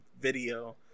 video